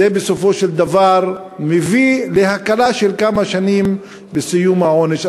זה בסופו של דבר מביא להקלה של כמה שנים בסיום העונש.